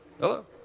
Hello